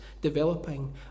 developing